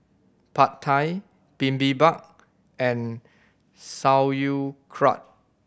Pad Thai Bibimbap and Sauerkraut